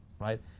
Right